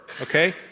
okay